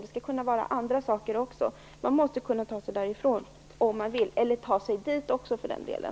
Det skall kunna vara också andra saker. Man måste kunna ta sig därifrån om man vill - och också ta sig dit, för den delen.